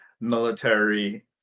military